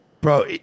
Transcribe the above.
bro